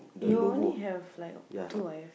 you only have like two I have